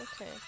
Okay